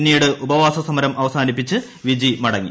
പിന്നീട് ഉപവാസ സമരം അവസാനിപ്പിച്ച് വിജി മടങ്ങി